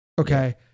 okay